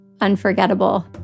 Unforgettable